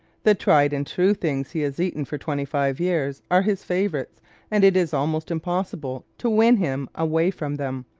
the tried and true things he has eaten for twenty-five years are his favorites and it is almost impossible to win him away from them.